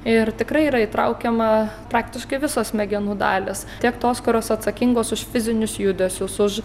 ir tikrai yra įtraukiama praktiškai visos smegenų dalys tiek tos kurios atsakingos už fizinius judesius už